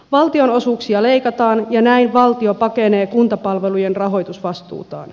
valtionosuuksia leikataan ja näin valtio pakenee kuntapalvelujen rahoitusvastuutaan